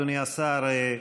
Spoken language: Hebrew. אדוני השר,